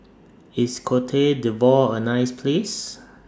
IS Cote D'Ivoire A nice Place